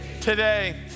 today